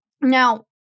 Now